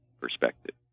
perspective